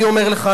אני אומר לך,